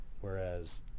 whereas